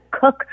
cook